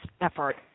effort